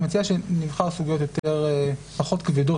אני מציע שנבחר פחות כבדות,